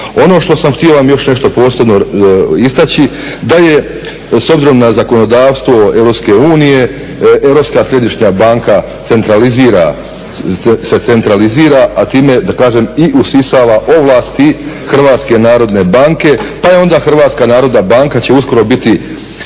Ono što sam htio vam još nešto posebno istači da je s obzirom na zakonodavstvo Europske unije Europska središnja banka centralizira, se centralizira a time da kažem i usisava ovlasti Hrvatske narodne banke. Pa je onda Hrvatska narodna banka će uskoro biti